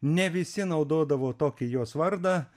ne visi naudodavo tokį jos vardą